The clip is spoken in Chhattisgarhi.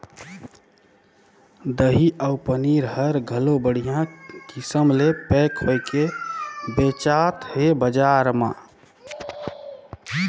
दही अउ पनीर हर घलो बड़िहा किसम ले पैक होयके बेचात हे बजार म